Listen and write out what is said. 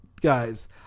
guys